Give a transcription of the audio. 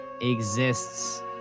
exists